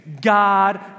God